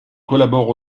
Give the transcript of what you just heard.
collabore